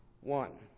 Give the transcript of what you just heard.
One